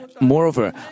Moreover